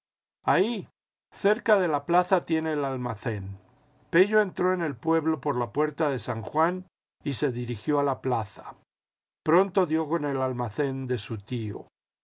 cerca de la plaza tiene el almacén pello entró en el pueblo por la puerta de san juan y se dirigió a la plaza pronto dio con el almacén de su tío